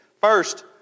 First